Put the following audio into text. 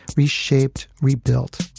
reshaped, rebuilt.